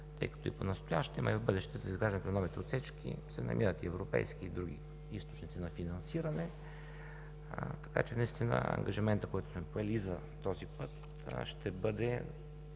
тъй като и понастоящем, а и в бъдеще за изграждането на новите отсечки се намират и европейски, и други източници на финансиране. Ангажиментът, който сме поели и за този път, ще бъде